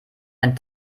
ein